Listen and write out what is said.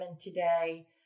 today